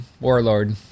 warlord